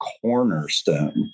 cornerstone